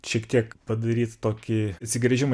šiek tiek padaryti tokį atsigręžimą